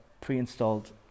pre-installed